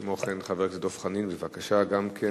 כמו כן, חבר הכנסת דב חנין, בבקשה, גם כן